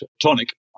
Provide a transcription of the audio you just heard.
Tonic